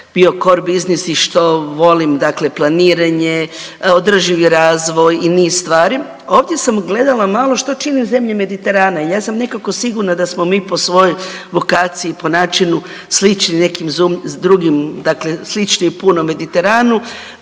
bio core biznis i što volim, dakle, planiranje, održivi razvoj i niz stvari. Ovdje sam gledala malo što čine zemlje Mediterana i ja sam nekako sigurna da smo mi po svojoj vokaciji, po načinu slični nekim drugim dakle, slični puno Mediteranu,